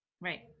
Right